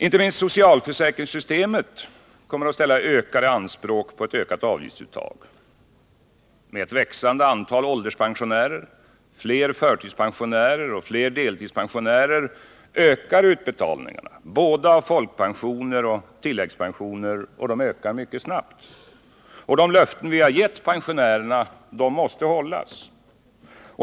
Inte minst socialförsäkringssystemet kommer att ställa ökade anspråk på ett ökat avgiftsuttag. Med ett växande antal ålderspensionärer, fler förtidspensionärer och fler deltidspensionärer ökar utbetalningarna av både folkpensioner och tilläggspensioner mycket snabbt. De löften vi har gett pensionärerna måste hållas.